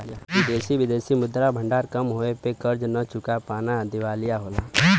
विदेशी विदेशी मुद्रा भंडार कम होये पे कर्ज न चुका पाना दिवालिया होला